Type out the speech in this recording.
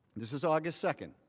this is august second.